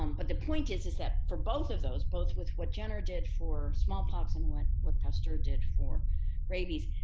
um but the point is, is that for both of those, both with what jenner did for smallpox and what what pasteur did for rabies,